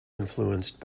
influenced